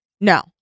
No